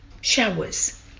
Showers